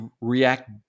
react